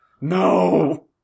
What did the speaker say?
No